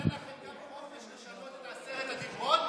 נתן לכם גם את החופש לשנות את עשרת הדיברות?